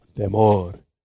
Temor